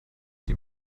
die